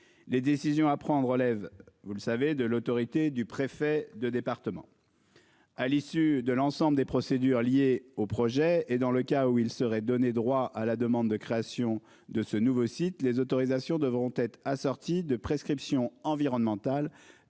Les décisions à prendre, relève, vous le savez, de l'autorité du préfet de département. À l'issue de l'ensemble des procédures liées au projet et dans le cas où il serait donné droit à la demande de création de ce nouveau site les autorisations devront être assortie de prescriptions environnementales